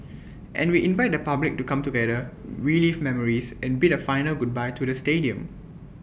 and we invite the public to come together relive memories and bid A final goodbye to the stadium